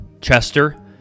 Chester